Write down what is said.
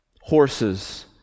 horses